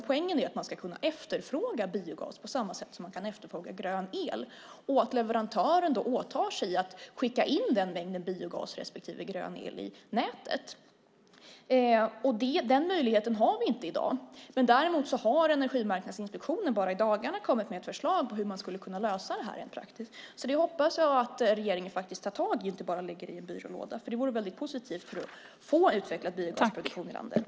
Poängen är att man ska kunna efterfråga biogas på samma sätt som man kan efterfråga grön el och att leverantören då åtar sig att skicka in den mängden biogas respektive grön el i nätet. Den möjligheten har vi inte i dag. Däremot har Energimarknadsinspektionen nu i dagarna kommit med ett förslag på hur man skulle kunna lösa det här rent praktiskt. Det hoppas jag att regeringen tar tag i och inte bara lägger i en byrålåda, för det vore väldigt positivt för att få utvecklad biogasproduktion i landet.